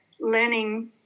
learning